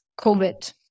COVID